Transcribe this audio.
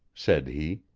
said he,